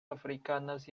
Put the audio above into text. africanas